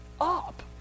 up